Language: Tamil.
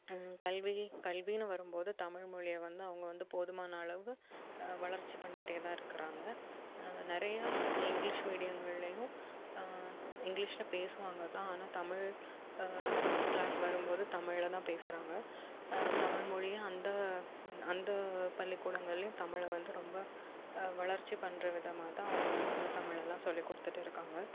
கல்வி கல்வினு வரும் போது தமிழ்மொழிய வந்து அவங்க வந்து போதுமான அளவு வளர்ச்சி பண்ணிட்டே தான் இருக்கிறாங்க நிறைய இங்கிலிஷ் மீடியங்கள்லையும் இங்கிலிஷ்ல பேசுவாங்கள் தான் ஆனால் தமிழ் க்ளாஸ் வரும் போது தமிழ்ல தான் பேசுகிறாங்க தமிழ்மொழியை அந்த அந்த பள்ளிக்கூடங்கள்லையும் தமிழை வந்து ரொம்ப வளர்ச்சி பண்ணுற விதமாக தான் அவங்க வந்து அந்த தமிழலாம் சொல்லிக்கொடுத்துட்டு இருக்காங்கள்